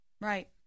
Right